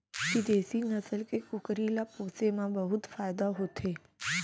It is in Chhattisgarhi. बिदेसी नसल के कुकरी ल पोसे म बहुत फायदा होथे